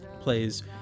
plays